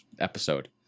episode